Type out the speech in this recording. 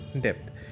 depth